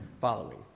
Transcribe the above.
following